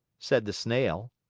said the snail.